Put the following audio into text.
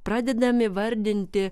pradedami vardinti